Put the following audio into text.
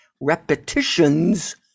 repetitions